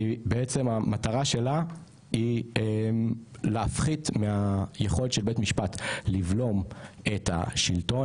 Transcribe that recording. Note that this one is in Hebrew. ובעצם המטרה שלה היא להפחית מהיכולת של בית משפט לבלום את השלטון,